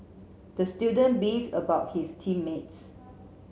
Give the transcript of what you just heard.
the student beefed about his team mates